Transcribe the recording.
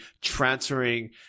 transferring